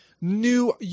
new